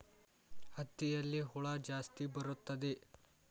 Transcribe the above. ಹತ್ತಿಯಲ್ಲಿ ಯಾವ ಹುಳ ಜಾಸ್ತಿ ಬರುತ್ತದೆ?